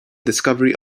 discovery